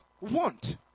want